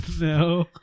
no